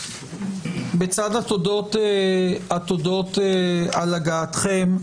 בצד התודות על הגעתכם,